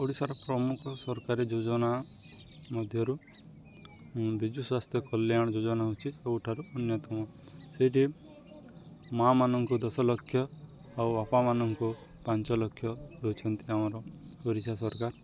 ଓଡ଼ିଶାର ପ୍ରମୁଖ ସରକାରୀ ଯୋଜନା ମଧ୍ୟରୁ ବିଜୁ ସ୍ୱାସ୍ଥ୍ୟ କଲ୍ୟାଣ ଯୋଜନା ହେଉଛି ସବୁଠାରୁ ଅନ୍ୟତମ ସେଇଠି ମା' ମାନଙ୍କୁ ଦଶ ଲକ୍ଷ ଆଉ ବାପାମାନଙ୍କୁ ପାଞ୍ଚ ଲକ୍ଷ ଦଉଛନ୍ତି ଆମର ଓଡ଼ିଶା ସରକାର